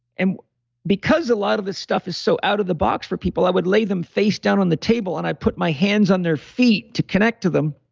and because a lot of this stuff is so out of the box for people, i would lay them face down on the table and i put my hands on their feet to connect to them.